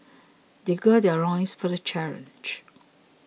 they gird their loins for the challenge